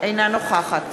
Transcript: אינה נוכחת